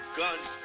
guns